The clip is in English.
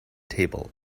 table